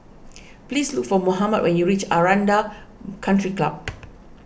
please look for Mohammad when you reach Aranda Country Club